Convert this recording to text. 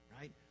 right